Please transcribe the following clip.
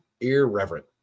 irreverent